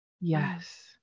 Yes